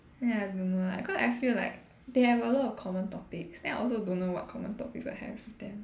ya I don't know like cause I feel like they have a lot of common topics then I also don't know what common topics I have with them